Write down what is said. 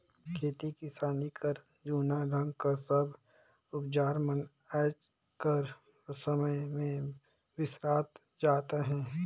खेती किसानी कर जूना ढंग कर सब अउजार मन आएज कर समे मे बिसरात जात अहे